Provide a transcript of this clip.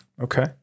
Okay